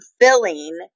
filling